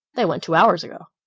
they went two hours ago.